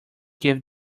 gave